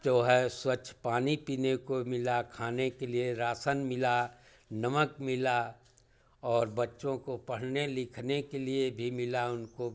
जो है स्वच्छ पानी पीने को मिला खाने के लिए राशन मिला नमक मिला और बच्चों को पढ़ने लिखने के लिए भी मिला उनको